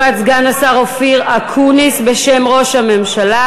אנחנו עוברים לתשובת סגן השר אופיר אקוניס בשם ראש הממשלה.